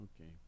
Okay